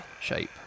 shape